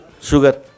Sugar